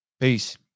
peace